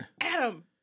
Adam